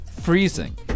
freezing